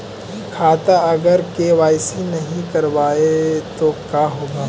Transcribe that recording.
खाता अगर के.वाई.सी नही करबाए तो का होगा?